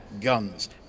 guns